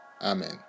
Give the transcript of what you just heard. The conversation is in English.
Amen